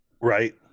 Right